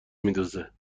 میدوزه